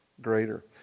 greater